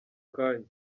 kanya